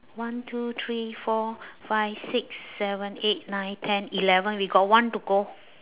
one two three four five six seven eight nine ten eleven we got one to go